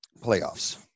playoffs